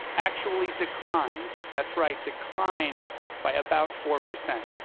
actually declined that's right, declined by about four percent,